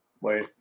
wait